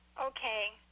okay